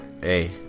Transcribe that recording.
Hey